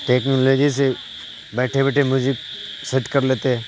technology سے بیٹھے بیٹھے میوزک سیٹ کر لیتے ہیں